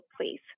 please